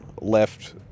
left